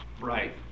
Right